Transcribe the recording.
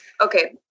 Okay